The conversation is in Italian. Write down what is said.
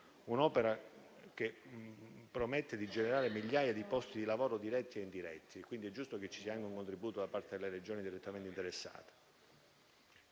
un'opera che promette di generare migliaia di posti di lavoro diretti e indiretti. È giusto quindi che ci sia anche un contributo da parte delle Regioni direttamente interessate.